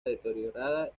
deteriorada